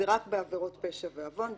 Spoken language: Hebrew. זה רק בעבירות פשע ועוון.